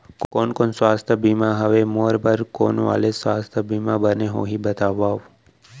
कोन कोन स्वास्थ्य बीमा हवे, मोर बर कोन वाले स्वास्थ बीमा बने होही बताव?